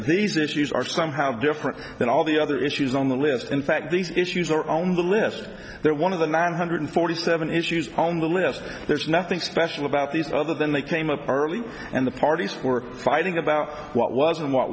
these issues are somehow different than all the other issues on the list in fact these issues are on the list they're one of the nine hundred forty seven issues on the list there's nothing special about these other than they came up early and the parties for fighting about what was in what